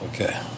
Okay